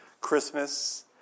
Christmas